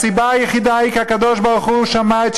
הסיבה היחידה היא כי הקדוש-ברוך-הוא שמע את,